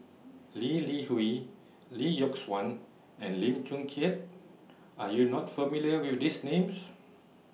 Lee Li Hui Lee Yock Suan and Lim Chong Keat Are YOU not familiar with These Names